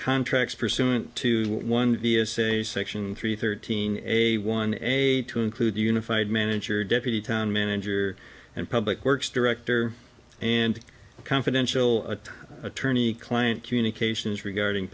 contracts pursuant to one vs a section three thirteen a one a to include unified manager deputy town manager and public works director and confidential attorney client communications regarding